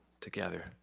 together